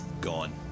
Gone